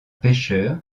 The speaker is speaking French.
pêcheur